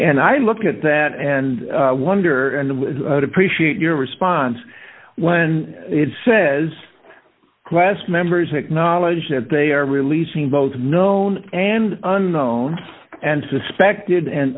and i look at that and wonder and appreciate your response when it says class members acknowledge that they are releasing both known and unknown and suspected and